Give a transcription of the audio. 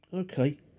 okay